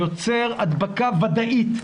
יוצר הדבקה ודאית.